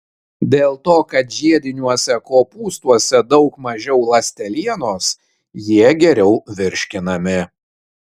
dėl to kad žiediniuose kopūstuose daug mažiau ląstelienos jie geriau virškinami